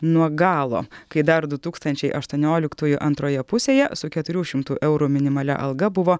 nuo galo kai dar du tūkstančiai aštuonioliktųjų antroje pusėje su keturių šimtų eurų minimalia alga buvo